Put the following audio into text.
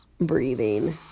breathing